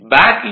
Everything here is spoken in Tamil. பேக் ஈ